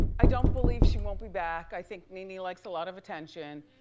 i don't believe she won't be back, i think nene nene likes a lot of attention,